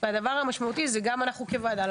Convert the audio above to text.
אנחנו כוועדה,